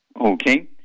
Okay